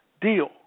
deal